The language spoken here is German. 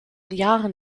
jahren